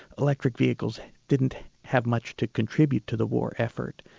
electric vehicles didn't have much to contribute to the war effort.